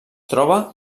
troba